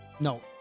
No